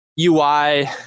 ui